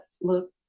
Look